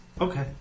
Okay